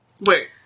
Wait